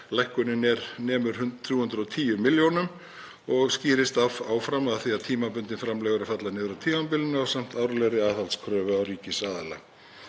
Lækkunin nemur 310 milljónum og skýrist einnig af því að tímabundin framlög falla niður á tímabilinu ásamt árlegri aðhaldskröfu á ríkisaðila.